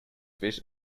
fish